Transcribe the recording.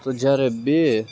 તો જ્યારે બે